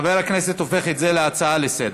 חבר הכנסת הופך את זה להצעה לסדר-היום.